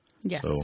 Yes